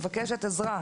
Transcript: מבקשת עזרה.